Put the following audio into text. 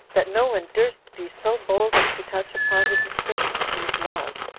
that no one durst be so bold as to touch upon the description of these laws,